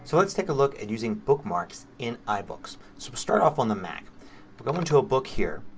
so let's take a look at using bookmarks in ibooks. so we'll start off on the mac. we'll go into a book here